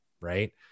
right